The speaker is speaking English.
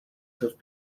have